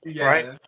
Right